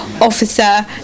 officer